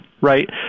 right